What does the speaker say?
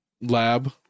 lab